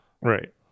Right